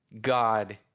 God